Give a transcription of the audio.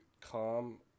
calm